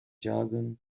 jargon